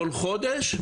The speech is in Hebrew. כל חודש,